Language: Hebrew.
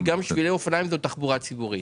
כי גם שבילי אופניים זו תחבורה ציבורית.